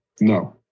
no